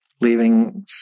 leaving